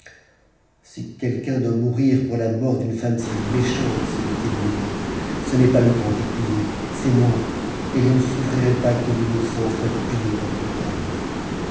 si quelqu'un doit mourir pour la mort d'une femme si méchante se dit-il à lui-même ce n'est pas le grand écuyer c'est moi et je ne souffrirai pas que l'innocent soit puni pour le coupable